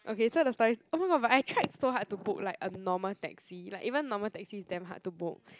okay so the story is oh my god but I tried so hard to book like a normal taxi like even normal taxi is damn hard to book